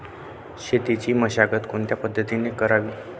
शेतीची मशागत कशापद्धतीने करावी?